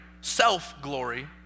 self-glory